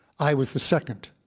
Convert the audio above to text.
i was the second,